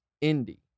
Indy